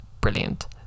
brilliant